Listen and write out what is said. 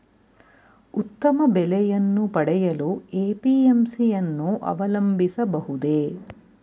ಉತ್ತಮ ಬೆಲೆಯನ್ನು ಪಡೆಯಲು ಎ.ಪಿ.ಎಂ.ಸಿ ಯನ್ನು ಅವಲಂಬಿಸಬಹುದೇ?